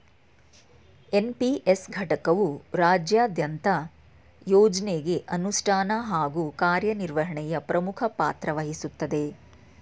NPS ಘಟಕವು ರಾಜ್ಯದಂತ ಯೋಜ್ನಗೆ ಅನುಷ್ಠಾನ ಹಾಗೂ ಕಾರ್ಯನಿರ್ವಹಣೆಯ ಪ್ರಮುಖ ಪಾತ್ರವಹಿಸುತ್ತದೆ